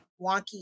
wonky